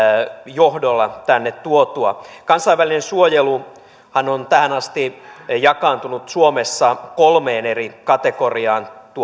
johdolla tänne tuotua kansainvälinen suojeluhan on tähän asti jakaantunut suomessa kolmeen eri kategoriaan